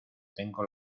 tengo